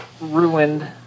ruined